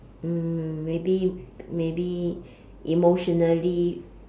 mm maybe maybe emotionally